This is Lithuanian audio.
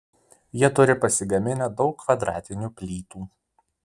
jie turi pasigaminę daug kvadratinių plytų